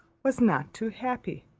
was not too happy,